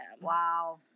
Wow